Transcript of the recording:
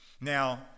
Now